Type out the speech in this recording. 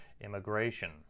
immigration